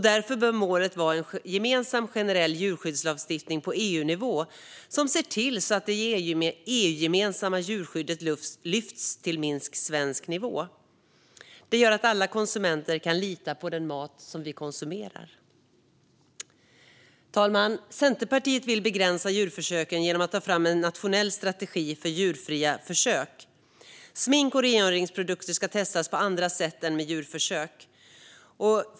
Därför bör målet vara en gemensam generell djurskyddslagstiftning på EU-nivå som ser till att det EU-gemensamma djurskyddet lyfts till minst svensk nivå. Det gör att alla konsumenter kan lita på den mat som de konsumerar. Fru talman! Centerpartiet vill begränsa djurförsöken genom att ta fram en nationell strategi för djurfria försök. Smink och rengöringsprodukter ska testas på andra sätt än med djurförsök.